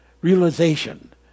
realization